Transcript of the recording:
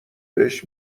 بهش